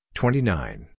twenty-nine